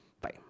bye